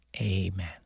amen